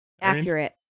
Accurate